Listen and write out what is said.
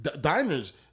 Diners